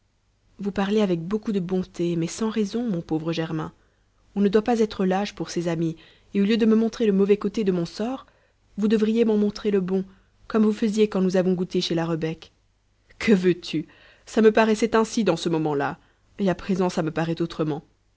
vous parlez avec beaucoup de bonté mais sans raison mon pauvre germain on ne doit pas être lâche pour ses amis et au lieu de me montrer le mauvais côté de mon sort vous devriez m'en montrer le bon comme vous faisiez quand nous avons goûté chez la rebec que veux-tu ça me paraissait ainsi dans ce moment-là et à présent ça me paraît autrement